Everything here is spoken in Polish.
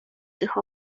tych